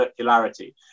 circularity